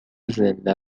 زنده